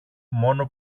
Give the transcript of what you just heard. μόνο